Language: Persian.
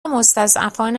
مستضعفان